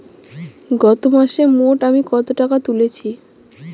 গত মাসে মোট আমি কত টাকা তুলেছি?